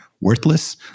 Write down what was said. worthless